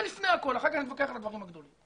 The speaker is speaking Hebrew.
זה לפני הכול, אחר כך נתווכח על הדברים הגדולים.